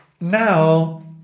now